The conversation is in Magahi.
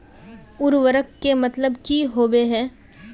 उर्वरक के मतलब की होबे है?